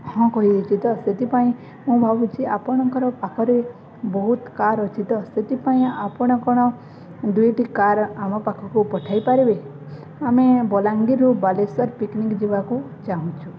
ହଁ କହିଦେଇଛି ତ ସେଥିପାଇଁ ମୁଁ ଭାବୁଛି ଆପଣଙ୍କର ପାଖରେ ବହୁତ କାର୍ ଅଛି ତ ସେଥିପାଇଁ ଆପଣ କ'ଣ ଦୁଇଟି କାର୍ ଆମ ପାଖକୁ ପଠାଇ ପାରିବେ ଆମେ ବଲାଙ୍ଗୀରରୁ ବାଲେଶ୍ୱର ପିକନିକ୍ ଯିବାକୁ ଚାହୁଁଛୁ